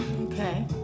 Okay